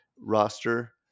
roster